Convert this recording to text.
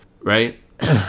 right